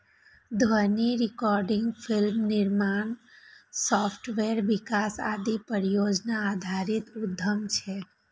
ध्वनि recording, film निर्माण, software विकास आदि परियोजना आधारित उद्यम छियै